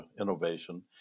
innovation